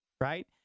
right